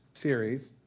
series